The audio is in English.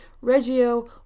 Reggio